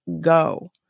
go